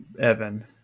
Evan